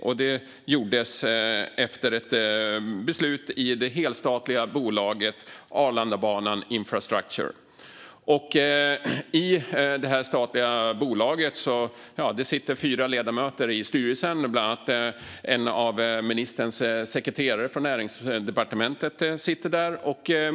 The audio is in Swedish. Det gjordes efter ett beslut i det helstatliga bolaget Arlandabanan Infrastructure. I detta statliga bolag sitter det fyra ledamöter i styrelsen, bland annat en av ministerns sekreterare på Näringsdepartementet.